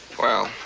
well.